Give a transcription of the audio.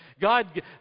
God